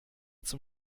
zum